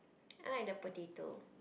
I like the potato